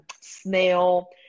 snail